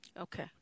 Okay